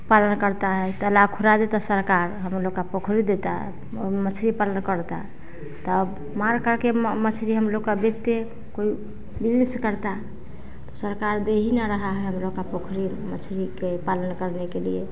पालन करता है त तालाब खुदा देता सरकार हम लोग का पोखरी देता ओमा मछ्ली पालन करता तब मार करके मछ्ली हम लोग का बेचते कोई बिजनिस करता सरकार दे ही न रहा है हम लोग के पोखरी मछली के पालन करने के लिए